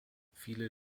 viele